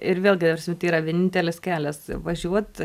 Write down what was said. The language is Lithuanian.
ir vėlgi tai yra vienintelis kelias važiuot